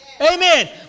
Amen